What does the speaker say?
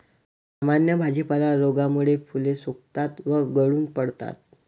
सामान्य भाजीपाला रोगामुळे फुले सुकतात व गळून पडतात